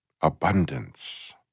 abundance